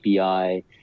API